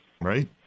Right